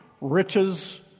riches